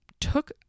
took